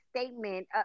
statement